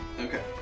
Okay